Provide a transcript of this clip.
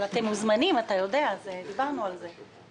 אבל אתם מוזמנים, אתה יודע, דיברנו על זה.